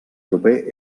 proper